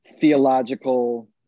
theological